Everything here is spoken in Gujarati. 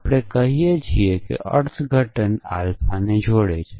આપણે કહીએ છીએ કે અર્થઘટન આલ્ફાને જોડે છે